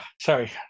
Sorry